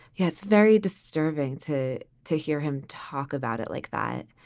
yeah it's very disturbing to to hear him talk about it like that.